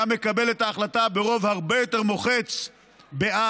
היה מקבל את ההחלטה ברוב הרבה יותר מוחץ בעד,